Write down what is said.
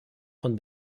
von